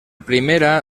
primera